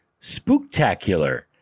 spooktacular